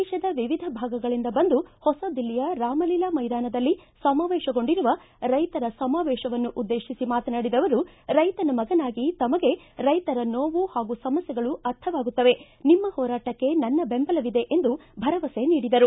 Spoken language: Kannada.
ದೇಶದ ವಿವಿಧ ಭಾಗಗಳಿಂದ ಬಂದು ಹೊಸ ದಿಲ್ಲಿಯಲ್ಲಿ ರಾಮಲೀಲಾ ಮೈದಾನದಲ್ಲಿ ಸಮಾವೇಶಗೊಂಡಿರುವ ರೈತರ ಸಮಾವೇಶವನ್ನು ಉದ್ದೇಶಿಸಿ ಮಾತನಾಡಿದ ಅವರು ರೈತರ ಮಗನಾಗಿ ತಮಗೆ ರೈತರ ನೋವು ಹಾಗೂ ಸಮಸ್ಥೆಗಳು ಅರ್ಥವಾಗುತ್ತದೆ ನಿಮ್ಮ ಹೋರಾತಕ್ಕೆ ನನ್ನ ಬೆಂಬಲವಿದೆ ಎಂದು ಭರವಸ್ಥೆ ನೀಡಿದರು